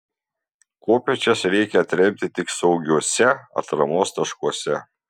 kopėčias reikia atremti tik saugiuose atramos taškuose